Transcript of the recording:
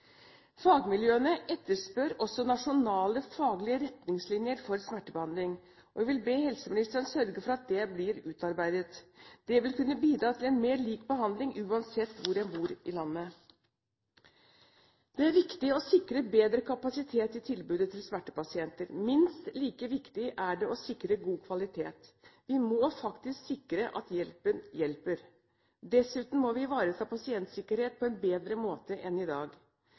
Fagmiljøene etterspør nasjonale, faglige retningslinjer for smertebehandling, og jeg vil be helseministeren sørge for at slike blir utarbeidet. Det vil kunne bidra til en mer lik behandling uansett hvor en bor i landet. Det er viktig å sikre bedre kapasitet i tilbudet til smertepasienter. Minst like viktig er det å sikre god kvalitet. Vi må sikre at hjelpen faktisk hjelper. Dessuten må vi ivareta pasientsikkerhet på en bedre måte enn i dag.